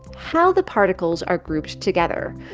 how the particles are grouped together.